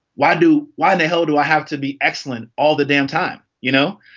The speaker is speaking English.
why do why the hell do i have to be excellent all the damn time? you know,